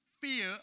fear